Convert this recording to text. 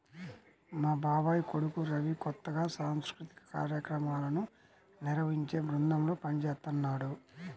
మా బాబాయ్ కొడుకు రవి కొత్తగా సాంస్కృతిక కార్యక్రమాలను నిర్వహించే బృందంలో పనిజేత్తన్నాడు